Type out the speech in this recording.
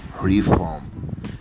reform